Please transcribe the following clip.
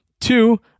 Two